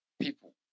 people